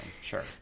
sure